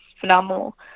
phenomenal